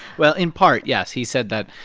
well, in part, yes. he said that,